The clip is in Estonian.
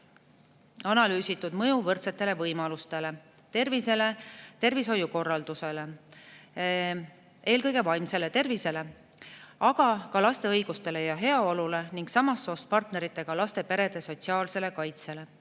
analüüsitud mõju võrdsetele võimalustele, tervisele, tervishoiu korraldusele, eelkõige vaimsele tervisele, aga ka laste õigustele ja heaolule, ning samast soost partneritega lastega perede sotsiaalsele kaitsele.